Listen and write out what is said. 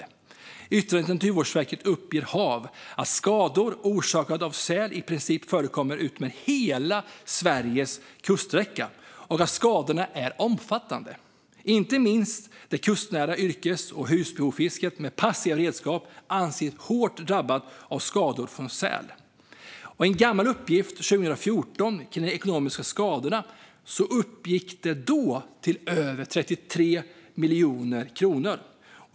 I ett yttrande till Naturvårdsverket uppger HaV att skador orsakade av säl i princip förekommer utefter hela Sveriges kuststräcka och att skadorna är omfattande. Inte minst det kustnära yrkes och husbehovsfisket med passiva redskap anges vara hårt drabbat av skador från säl. Enligt en gammal uppgift från 2014 uppgick de ekonomiska skadorna då till över 33 miljoner kronor.